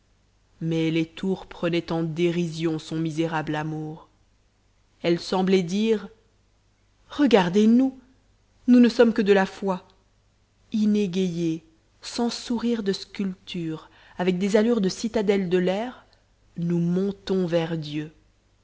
mais les tours prenaient en dérision son misérable amour elles semblaient dire regardez nous nous ne sommes que de la foi inégayées sans sourires de sculpture avec des allures de citadelles de l'air nous montons vers dieu